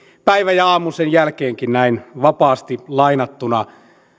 päivä ja aamu sen jälkeenkin näin vapaasti lainattuna